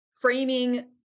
framing